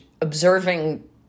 observing